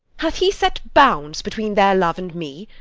hath he set bounds between their love and me?